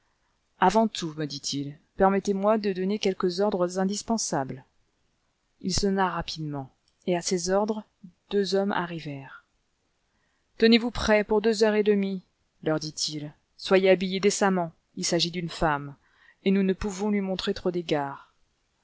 avant tout me dit-il permettez-moi de donner quelques ordres indispensables il sonna rapidement et à ses ordres deux hommes arrivèrent tenez-vous prêts pour deux heures et demie leur dit-il soyez habillés décemment il s'agit d'une femme et nous ne pouvons lui montrer trop d'égards